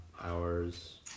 hours